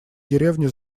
деревни